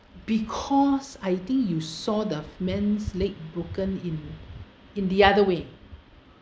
because I think you saw the men's leg broken in in the other way